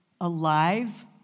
alive